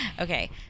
Okay